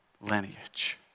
lineage